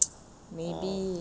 maybe